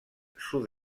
sud